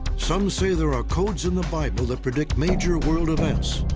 some say there are codes in the bible that predict major world events.